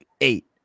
eight